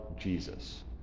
Jesus